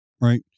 right